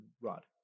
rod